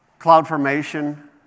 CloudFormation